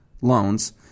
loans